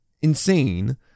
insane